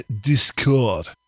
Discord